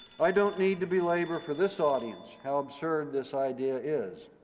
i don't need to belabor for this audience how absurd this idea is.